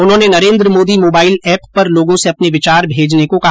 उन्होंने Narendra Modi mobile app पर लोगों से अपने विचार भेजने को कहा